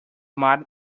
mal